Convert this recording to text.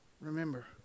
remember